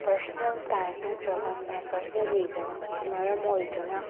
personal time ꯅꯠꯇ꯭ꯔꯒꯅ personal reason ꯃꯔꯝ ꯑꯣꯏꯗꯨꯅ